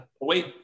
wait